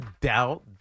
doubt